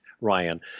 Ryan